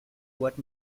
what